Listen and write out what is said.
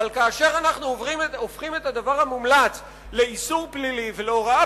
אבל כאשר הופכים את הדבר המומלץ לאיסור פלילי ולהוראה